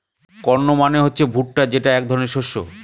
corn মানে হচ্ছে ভুট্টা যেটা এক ধরনের শস্য